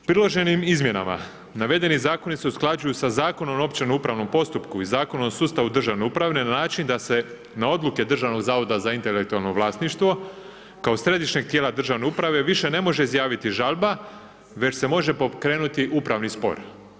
Priloženim izmjenama navedeni zakoni se usklađuju sa Zakonom o općem upravom postupku i Zakonu o sustavu državne uprave na način da se na odluke Državnog zavoda za intelektualno vlasništvo kao središnjeg tijela državne uprave više ne može izjaviti žalba već se može pokrenuti upravni spor.